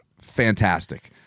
fantastic